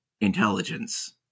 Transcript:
intelligence